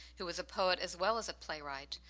who was a poet as well as a playwright,